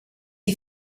you